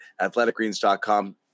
athleticgreens.com